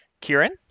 Kieran